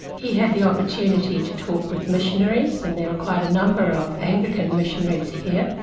he had the opportunity to talk with missionaries, and there were quite a number of anglican missionaries here,